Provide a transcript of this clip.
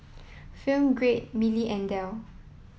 film Grade Mili and Dell